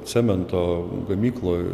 cemento gamykloj